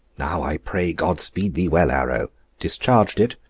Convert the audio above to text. now i pray god speed thee well, arrow discharged it,